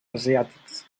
asiàtics